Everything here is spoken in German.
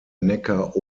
neckar